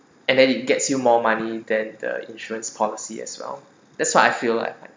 and then it gets you more money then the insurance policy as well that's what I feel like